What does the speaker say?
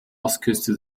ostküste